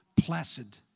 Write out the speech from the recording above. placid